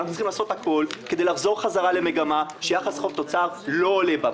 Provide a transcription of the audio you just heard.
צריכים לעשות הכול כדי לחזור חזרה למגמה שהיחס חוב-תוצר לא עולה בה,